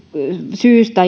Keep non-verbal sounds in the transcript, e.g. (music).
syystä (unintelligible)